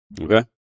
Okay